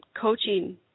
coaching